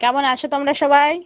কেমন আছো তোমরা সবাই